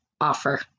offer